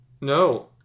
No